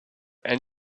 and